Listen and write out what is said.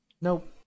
Nope